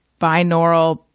binaural